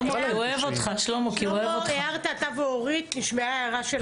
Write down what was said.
שלמה, ההערה שלך נשמעה.